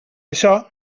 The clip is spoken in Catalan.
això